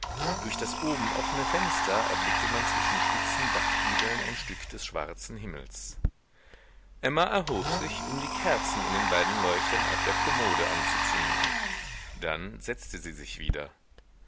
durch das oben offene fenster erblickte man zwischen spitzen dachgiebeln ein stück des schwarzen himmels emma erhob sich um die kerzen in den beiden leuchtern auf der kommode anzuzünden dann setzte sie sich wieder